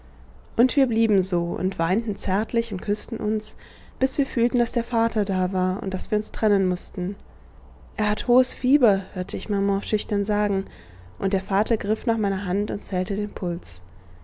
und wir blieben so und weinten zärtlich und küßten uns bis wir fühlten daß der vater da war und daß wir uns trennen mußten er hat hohes fieber hörte ich maman schüchtern sagen und der vater griff nach meiner hand und zählte den puls